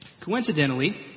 Coincidentally